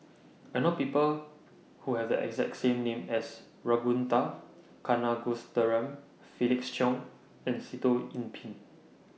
I know People Who Have The exact same name as Ragunathar Kanagasuntheram Felix Cheong and Sitoh Yih Pin